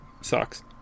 sucks